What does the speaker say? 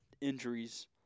injuries